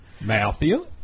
Matthew